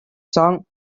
song